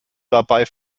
dabei